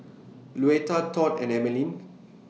Luetta Tod and Emmaline